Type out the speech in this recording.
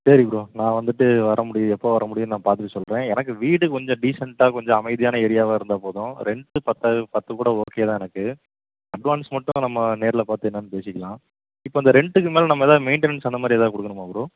சரி ப்ரோ நான் வந்துட்டு வர முடியும் எப்போ வர முடியும்னு நான் பார்த்துட்டு சொல்கிறேன் எனக்கு வீடு கொஞ்சம் டீசெண்ட்டாக கொஞ்சம் அமைதியான ஏரியாவாக இருந்தால் போதும் ரெண்ட்டு பத்தா பத்து கூட ஓகே தான் எனக்கு அட்வான்ஸ் மட்டும் நம்ம நேரில் பார்த்து என்னன்னு பேசிக்கலாம் இப்போ அந்த ரெண்ட்டுக்கு மேல் நம்ம ஏதாது மெயின்டனன்ஸ் அந்த மாதிரி ஏதாது கொடுக்கணுமா ப்ரோ